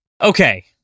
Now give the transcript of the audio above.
Okay